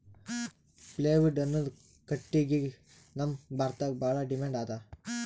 plywood ಅನ್ನದ್ ಕಟ್ಟಗಿಗ್ ನಮ್ ಭಾರತದಾಗ್ ಭಾಳ್ ಡಿಮ್ಯಾಂಡ್ ಅದಾ